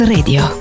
Radio